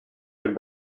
could